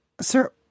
Sir